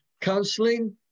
counseling